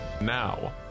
Now